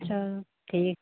अच्छा ठीक